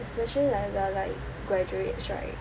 especially like we're like graduates right